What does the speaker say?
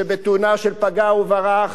שבתאונה של פגע-וברח